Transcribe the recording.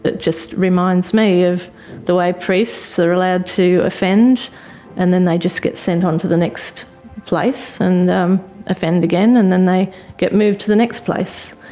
but just reminds me of the way priests are allowed to offend and then they just get sent on to the next place and um offend again and then they get moved to the next place.